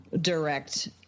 direct